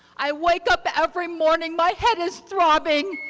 i wake up every morning, my head is throbbing.